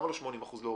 למה לא להוריד 80%?